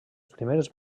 primeres